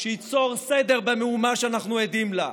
שייצור סדר במהומה שאנחנו עדים לה.